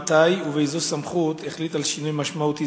מתי ובאיזו סמכות הוחלט על שינוי משמעותי